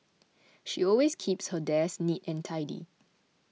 she always keeps her desk neat and tidy